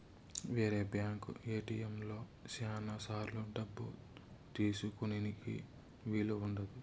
వేరే బ్యాంక్ ఏటిఎంలలో శ్యానా సార్లు డబ్బు తీసుకోనీకి వీలు ఉండదు